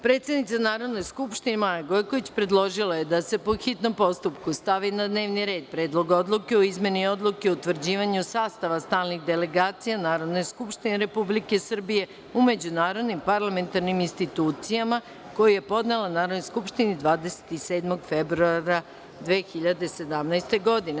Predsednik Narodne skupštine, Maja Gojković, predložila je da se po hitnom postupku stavi na dnevni red Predlog odluke o izmeni Odluke o utvrđivanju sastava stalnih delegacija Narodne skupštine Republike Srbije u međunarodnim parlamentarnim institucijama, koji je podnela Narodnoj skupštini 27. februara 2017. godine.